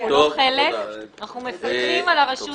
אנחנו לא חלק, אנחנו מפקחים על הרשות המבצעת.